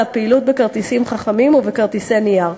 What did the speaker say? הפעילות בכרטיסים חכמים ובכרטיסי נייר.